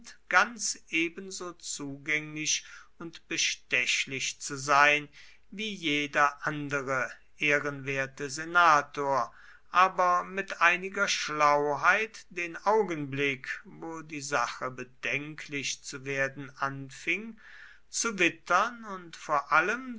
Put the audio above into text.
ganz ebenso zugänglich und bestechlich zu sein wie jeder andere ehrenwerte senator aber mit einiger schlauheit den augenblick wo die sache bedenklich zu werden anfing zu wittern und vor allem